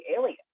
alien